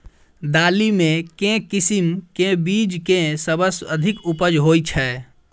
दालि मे केँ किसिम केँ बीज केँ सबसँ अधिक उपज होए छै?